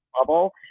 bubble